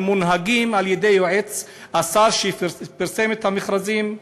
הם מונהגים על-ידי יועץ השר שפרסם את המכרזים.